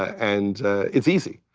and it's easy.